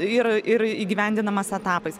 ir ir įgyvendinamas etapais